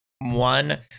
one